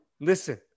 Listen